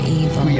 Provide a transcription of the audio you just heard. evil